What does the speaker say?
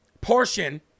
portion